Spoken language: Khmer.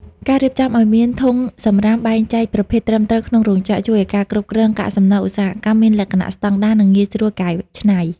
ការរៀបចំឱ្យមានធុងសម្រាមបែងចែកប្រភេទត្រឹមត្រូវក្នុងរោងចក្រ ជួយឱ្យការគ្រប់គ្រងកាកសំណល់ឧស្សាហកម្មមានលក្ខណៈស្ដង់ដារ និងងាយស្រួលកែច្នៃ។